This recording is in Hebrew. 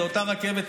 זו אותה רכבת,